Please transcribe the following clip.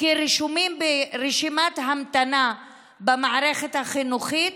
כרשומים ברשימת ההמתנה במערכת החינוכית,